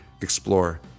explore